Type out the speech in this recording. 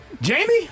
Jamie